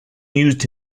used